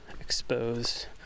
exposed